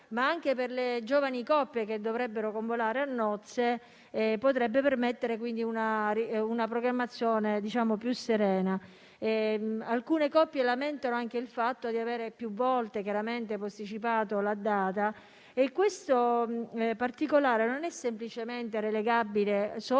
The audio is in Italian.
è anche per le giovani coppie che desiderano convolare a nozze, cui potrebbe permettere una programmazione più serena. Alcune coppie lamentano anche il fatto di avere più volte posticipato la data. Questo particolare non è relegabile al